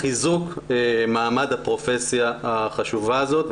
חיזוק מעמד הפרופסיה החשובה הזאת,